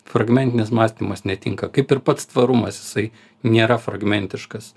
fragmentinis mąstymas netinka kaip ir pats tvarumas jisai nėra fragmentiškas